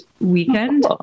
weekend